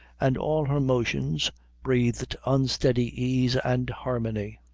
and all her motions breathed unstudied ease and harmony.